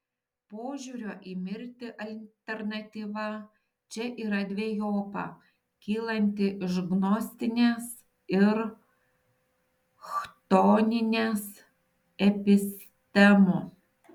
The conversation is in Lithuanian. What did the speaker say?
požiūrio į mirtį alternatyva čia yra dvejopa kylanti iš gnostinės ir chtoninės epistemų